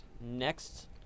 Next